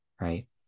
right